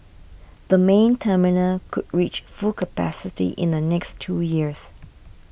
the main terminal could reach full capacity in the next two years